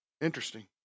Interesting